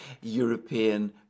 European